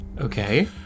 Okay